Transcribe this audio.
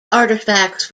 artifacts